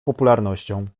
popularnością